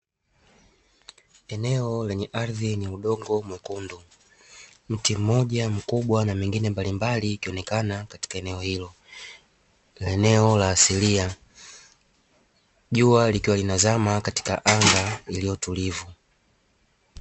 Eneno lenye ardhi yenye udongo mwekundu, mti mmoja mkubwa na mengine mbalimbali ikionekana katika eneo hilo, eneo la asilia. Jua likiwa linazama katika anga iliyotulivu.